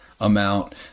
amount